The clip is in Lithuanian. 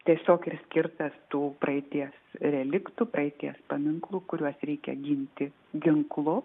tiesiog ir skirtas tų praeities reliktų praeities paminklų kuriuos reikia ginti ginklu